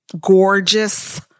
gorgeous